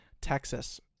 Texas